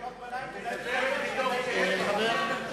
חבר הכנסת